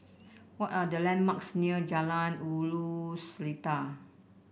what are the landmarks near Jalan Ulu Seletar